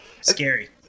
Scary